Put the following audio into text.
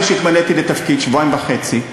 שבועיים וחצי,